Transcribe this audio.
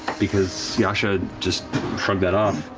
because yasha just shrugged that off.